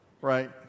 right